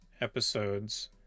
episodes